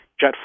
jet